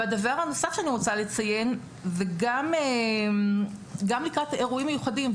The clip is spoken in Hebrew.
לקראת אירועים מיוחדים,